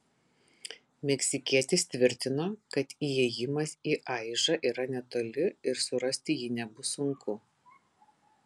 meksikietis tvirtino kad įėjimas į aižą yra netoli ir surasti jį nebus sunku